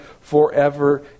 forever